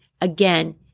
again